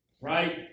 right